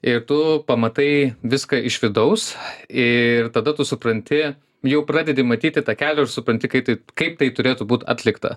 ir tu pamatai viską iš vidaus ir tada tu supranti jau pradedi matyti tą kelią ir supanti kai taip kaip tai turėtų būt atlikta